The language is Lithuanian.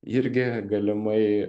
irgi galimai